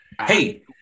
hey